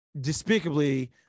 despicably